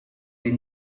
you